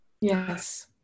Yes